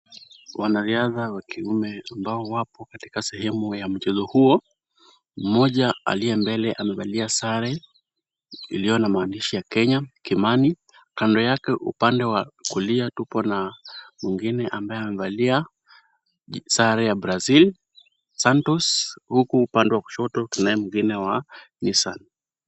Wanariadha wa kiume ambao wapo katika sehemu ya mchezo huo, mmoja aliye mbele amevalia sare iliyo na maandishi ya Kenya Kimani. Kando yake upande wa kulia tupo na wengine ambaye amevalia sare ya Brazil, Santos huku upande mwingine kunaye mwingine wa Nissan.